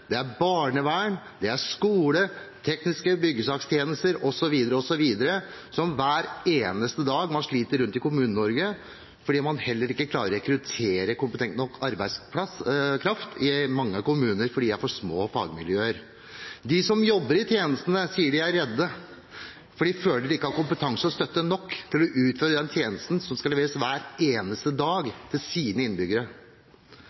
om sykehjem, barnevern, skole, tekniske byggesakstjenester osv., som man hver eneste dag sliter med rundt om i Kommune-Norge fordi man ikke klarer å rekruttere kompetent nok arbeidskraft – fordi det er for små fagmiljøer. De som jobber i tjenestene, sier de er redde, for de føler de ikke har kompetanse og støtte nok til å utføre den tjenesten som skal leveres til innbyggerne hver eneste